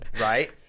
right